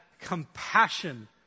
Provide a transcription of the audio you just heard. compassion